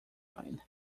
line